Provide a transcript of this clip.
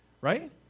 Right